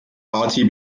party